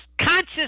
conscious